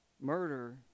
murder